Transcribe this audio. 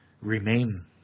remain